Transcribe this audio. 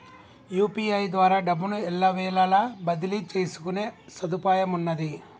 UPI ద్వారా డబ్బును ఎల్లవేళలా బదిలీ చేసుకునే సదుపాయమున్నాది